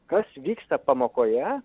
kas vyksta pamokoje